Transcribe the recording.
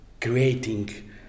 creating